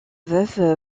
veuve